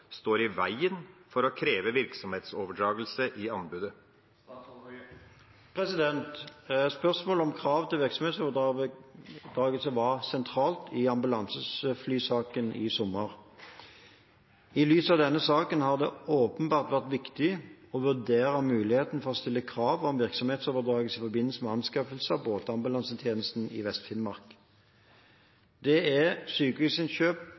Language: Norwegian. står i veien for å kreve virksomhetsoverdragelse i anbudet?» Spørsmålet om krav til virksomhetsoverdragelse var sentralt i ambulanseflysaken i sommer. I lys av denne saken har det åpenbart vært viktig å vurdere muligheten for å stille krav om virksomhetsoverdragelse i forbindelse med anskaffelsen av båtambulansetjenesten i Vest-Finnmark. Det er